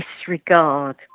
disregard